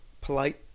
polite